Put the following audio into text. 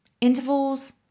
intervals